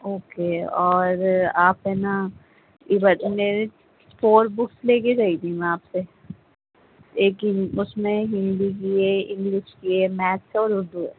okay اور آپ ہے نا میری فور بکس لے کے گئی تھی میں آپ سے ایک اس میں ہندی کی ہے انگلش کی ہے میتھ ہے اور اردو ہے